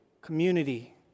community